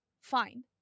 fine